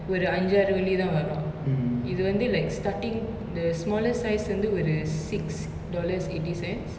ஒரு அஞ்சாறு வெள்ளிதா வரு இது வந்து:oru anjaaru vellithaa varu ithu vanthu like starting the smallest size வந்து ஒரு:vanthu oru six dollars eighty cents